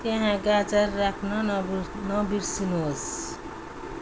त्यहाँ गाजर राख्न नबुर नबिर्सिनुहोस्